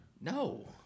No